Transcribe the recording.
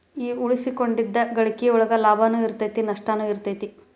ಈ ಉಳಿಸಿಕೊಂಡಿದ್ದ್ ಗಳಿಕಿ ಒಳಗ ಲಾಭನೂ ಇರತೈತಿ ನಸ್ಟನು ಇರತೈತಿ